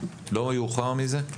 לא יאוחר מזה?